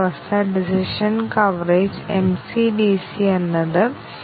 multiple condition coverage എന്തുകൊണ്ട് ചെയ്യരുതെന്ന് നിങ്ങൾ പറയും